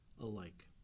alike